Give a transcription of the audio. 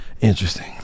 Interesting